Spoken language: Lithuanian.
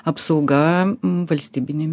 apsauga valstybiniame